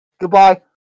Goodbye